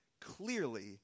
clearly